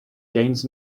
gains